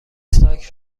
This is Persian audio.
ساک